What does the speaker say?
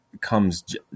comes